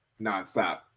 nonstop